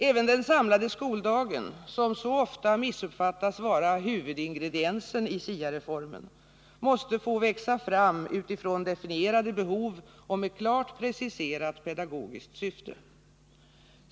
Även den samlade skoldagen — som så ofta missuppfattas vara huvudingrediensen i SIA-reformen — måste få växa fram utifrån definierade behov och med klart preciserat pedagogiskt syfte.